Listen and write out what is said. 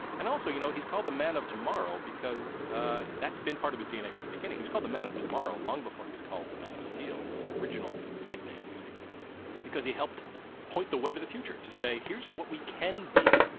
and also, you know, he's called the man of tomorrow because that's been part of his dna from the beginning. he's called the man of tomorrow long before it was called the man of steel. it was his original nickname basically because he helped point the way to the future to say, here's what we can be.